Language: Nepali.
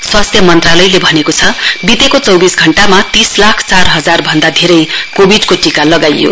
स्वास्थ्य मन्त्रालयले भनेको छ वितेको चौविस घण्टामा तीस लाख चार हजार भन्दा धेरै कोविडको टीका लगाइयो